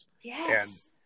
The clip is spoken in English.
Yes